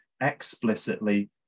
explicitly